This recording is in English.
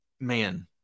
man